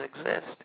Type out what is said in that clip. exist